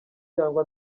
cyangwa